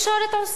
התקשורת עושה.